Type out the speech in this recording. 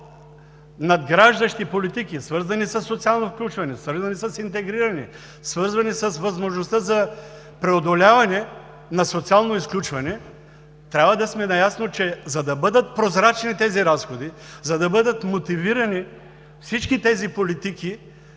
по-надграждащи политики, свързани със социалното включване, свързани с интегриране, свързани с възможността за преодоляване на социално изключване, трябва да сме наясно, че за да бъдат прозрачни тези разходи, за да бъдат мотивирани всички тези политики,